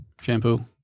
shampoo